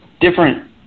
different